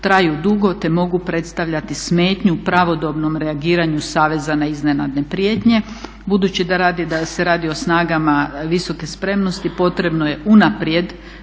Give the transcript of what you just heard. traju dugo, te mogu predstavljati smetnju u pravodobnom reagiranju saveza na iznenadne prijetnje. Budući da se radi o snagama visoke spremnosti potrebno je unaprijed